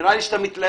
נראה לי שאתה מתלהב.